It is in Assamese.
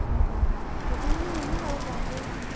বেছি মানুহ নিনো বাৰু কমকে যাম